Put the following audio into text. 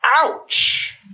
Ouch